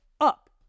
up